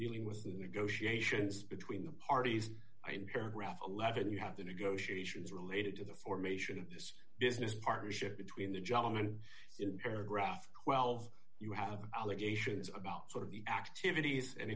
dealing with negotiations between the parties and paragraph eleven you have the negotiations related to the formation of this business partnership between the gentleman in paragraph well you have allegations about sort of activities and